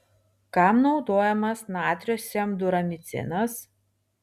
kam naudojamas natrio semduramicinas